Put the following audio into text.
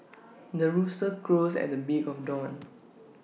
the rooster crows at the beak of dawn